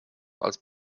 als